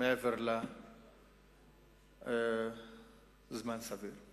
מעבר לזמן סביר.